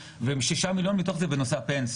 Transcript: ו- 6,000,000 שקלים מתוך זה הם בנושא הפנסיה,